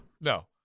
No